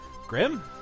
Grim